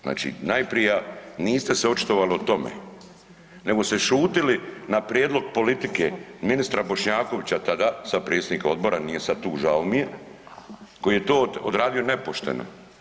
Znači najprija niste se očitovali o tome, nego ste šutili na prijedlog politike i ministra Bošnjakovića tada, sada predsjednika odbora, nije sad tu žao mi je, koji je to odradio nepošteno.